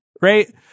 right